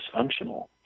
dysfunctional